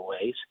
ways